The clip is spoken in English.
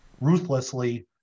ruthlessly